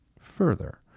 further